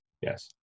Yes